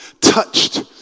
touched